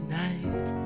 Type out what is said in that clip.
night